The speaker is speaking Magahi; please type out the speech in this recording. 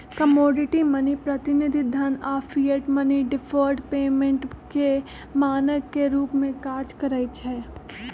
कमोडिटी मनी, प्रतिनिधि धन आऽ फिएट मनी डिफर्ड पेमेंट के मानक के रूप में काज करइ छै